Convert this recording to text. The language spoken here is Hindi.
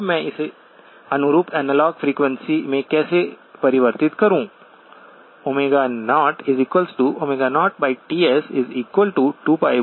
अब मैं इसे अनुरूप एनालॉग फ़्रीक्वेंसी में कैसे परिवर्तित करूं